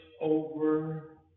over